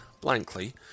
blankly